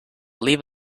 leave